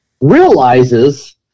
realizes